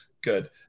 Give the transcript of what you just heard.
Good